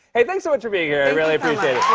hey. thanks so much for being here. i really appreciate